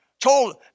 told